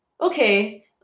okay